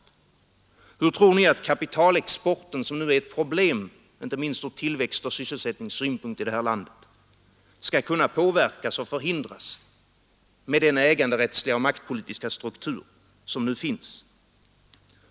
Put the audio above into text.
Hur tror ni att kapitalexporten, som nu är ett problem inte minst från tillväxtoch sysselsättningssynpunkt i det här landet, skall kunna påverkas och förhindras med den äganderättsliga och maktpolitiska struktur som nu finns?